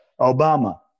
Obama